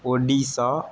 Odisha